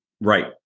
right